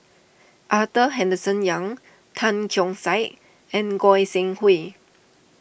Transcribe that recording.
Arthur Henderson Young Tan Keong Saik and Goi Seng Hui